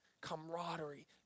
camaraderie